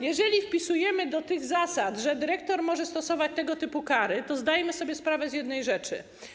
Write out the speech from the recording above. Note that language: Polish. Jeżeli wpisujemy do tych zasad tę, że dyrektor może stosować tego typu kary, to zdajmy sobie sprawę z jednej rzeczy.